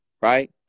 right